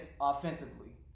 offensively